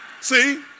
See